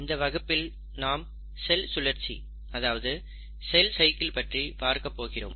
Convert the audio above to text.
இந்த வகுப்பில் நாம் செல் சுழற்சி அதாவது செல் சைக்கிள் பற்றி பார்க்க போகிறோம்